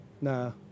No